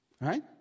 Right